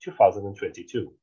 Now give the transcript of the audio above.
2022